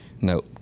No